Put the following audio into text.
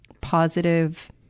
positive